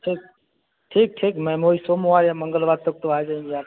ठीक ठीक ठीक मैम वही सोमवार या मंगलवार तक तो आ जाएँगे आप